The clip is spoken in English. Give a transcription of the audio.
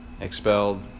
Expelled